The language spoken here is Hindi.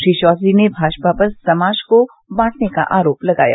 श्री चौधरी ने भाजपा पर समाज को बांटने का आरोप लगाया